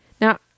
Now